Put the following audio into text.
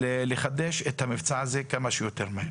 לחדש את המבצע הזה כמה שיותר מהר.